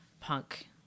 punk